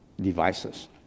devices